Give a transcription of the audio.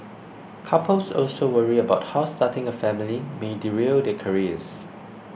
couples also worry about how starting a family may derail their careers